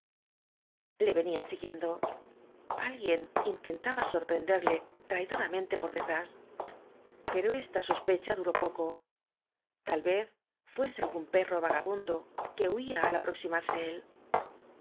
le venían siguien do alguien intentaba sorprenderle traidoramente por detrás pero esta sospecha duró poco tal vez fuese algún perro vagabundo que huía al aproximarse él